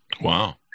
Wow